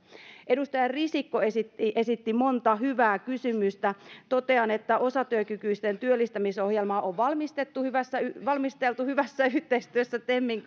edustaja risikko esitti esitti monta hyvää kysymystä totean että osatyökykyisten työllistämisohjelmaa on valmisteltu hyvässä valmisteltu hyvässä yhteistyössä temin